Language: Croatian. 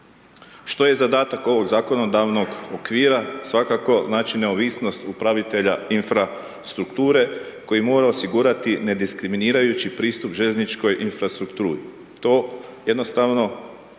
Što je zadatak ovog zakonodavnog okvira? Svakako neovisnost upravitelja infrastrukture koji mora osigurati nediskriminirajući pristup infrastrukturi. To jednostavni znači